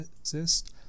exist